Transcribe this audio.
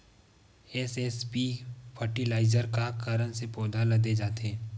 SSP fertiliser का कारण से पौधा ल दे जाथे?